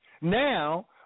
Now